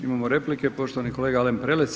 Imamo replika poštovani kolega Alen Prelec.